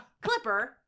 Clipper